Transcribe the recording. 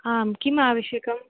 आं किम् आवश्यकम्